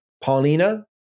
Paulina